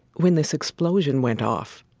when this explosion went off.